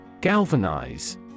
Galvanize